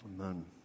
Amen